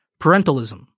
parentalism